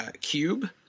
cube